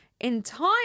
entire